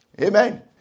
Amen